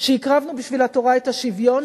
שהקרבנו בשביל התורה את השוויון,